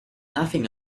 nothing